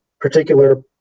particular